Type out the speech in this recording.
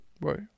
Right